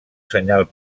senyal